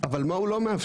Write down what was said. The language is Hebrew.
אבל מה הוא לא מאפשר?